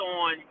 on